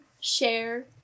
share